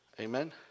Amen